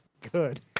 Good